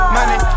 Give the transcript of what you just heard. Money